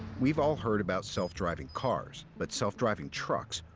we've all heard about self-driving cars, but self-driving trucks,